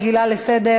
הצעה רגילה לסדר-היום,